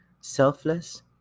Selfless